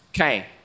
Okay